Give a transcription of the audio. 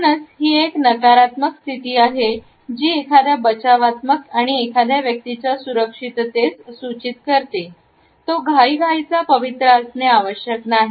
म्हणूनच ही एक नकारात्मक स्थिती आहे जी एखाद्या बचावात्मक आणि एखाद्या व्यक्तीच्या सुरक्षिततेस सूचित करते तो घाईघाईचा पवित्रा असणे आवश्यक नाही